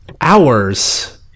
hours